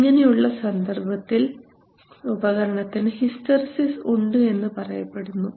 ഇങ്ങനെയുള്ള സന്ദർഭത്തിൽ ഉപകരണത്തിന് ഹിസ്റ്ററിസിസ് ഉണ്ട് പറയപ്പെടുന്നു